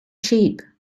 sheep